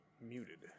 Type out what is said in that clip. muted